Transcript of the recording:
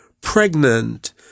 pregnant